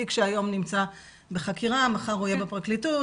תיק שהיום נמצא בחקירה מחר הוא יהיה בפרקליטות